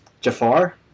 Jafar